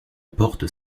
porte